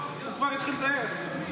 הוא כבר התחיל לזייף.